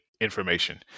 information